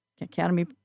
Academy